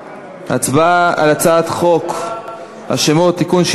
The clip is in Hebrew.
הצבעה על הצעת חוק השמות (תיקון,